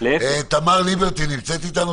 גם --- תמר ליברטי נמצאת איתנו?